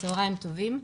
צוהריים טובים.